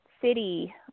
city